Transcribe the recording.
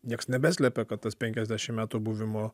nieks nebeslepia kad tas penkiasdešim metų buvimo